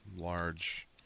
large